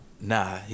Nah